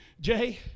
Jay